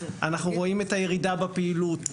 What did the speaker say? אנחנו רואים את הירידה בפעילות.